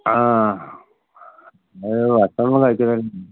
ആ അത് ഭക്ഷണമൊന്നും കഴിക്കുന്നില്ല